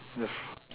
the